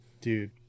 Dude